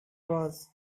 was